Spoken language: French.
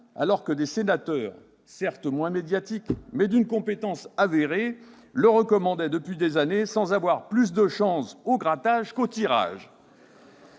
alors que des sénateurs, certes moins médiatiques mais d'une compétence avérée, le recommandaient depuis des années sans avoir plus de chances au grattage qu'au tirage